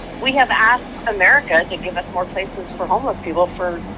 we have asked america to give us more places for homeless people for,